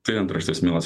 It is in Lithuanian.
tai antraštės melas